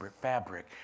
fabric